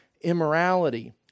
immorality